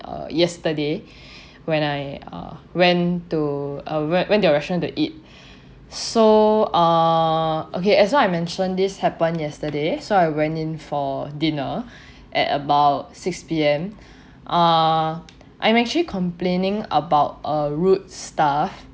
uh yesterday when I uh went to uh we~ went to your restaurant to eat so err okay as what I mentioned this happened yesterday so I went in for dinner at about six P_M uh I'm actually complaining about a rude staff